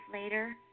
later